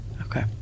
Okay